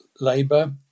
labour